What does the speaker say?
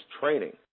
training